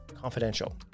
confidential